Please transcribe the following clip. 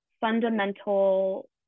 fundamental